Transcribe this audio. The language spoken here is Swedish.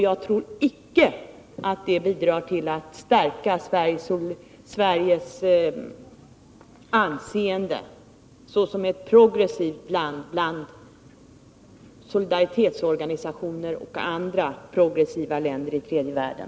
Jag tror inte att det bidrar till att stärka Sveriges anseende såsom ett progressivt land bland solidaritetsorganisationer och andra progressiva länder i tredje världen.